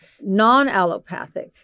non-allopathic